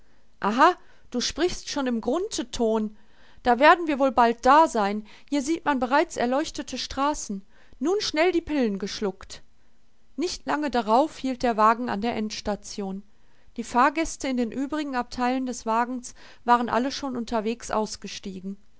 aha du sprichst schon im grunthe ton da werden wir wohl bald da sein hier sieht man bereits erleuchtete straßen nun schnell die pillen geschluckt nicht lange darauf hielt der wagen an der endstation die fahrgäste in den übrigen abteilen des wagens waren alle schon unterwegs ausgestiegen